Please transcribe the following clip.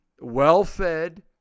well-fed